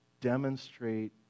demonstrate